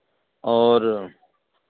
और